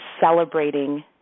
celebrating